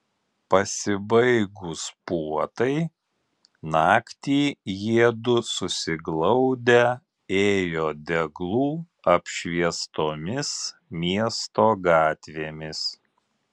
pasibaigus puotai naktį jiedu susiglaudę ėjo deglų apšviestomis miesto gatvėmis